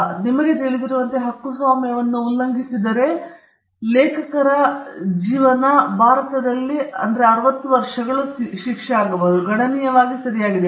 ಅದು ನಿಮಗೆ ತಿಳಿದಿರುವಂತೆ ಹಕ್ಕುಸ್ವಾಮ್ಯವನ್ನು ಉಲ್ಲಂಘಿಸುತ್ತದೆ ಇದು ಲೇಖಕರ ಜೀವನ ಮತ್ತು ಭಾರತದಲ್ಲಿ 60 ವರ್ಷಗಳು ಆದ್ದರಿಂದ ಅದು ಗಣನೀಯವಾಗಿ ಸರಿಯಾಗಿದೆ